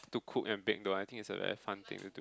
to cook and bake though I think it's a very fun thing to do